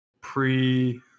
pre